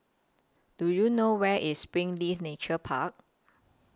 Do YOU know Where IS Springleaf Nature Park